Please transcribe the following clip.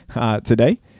today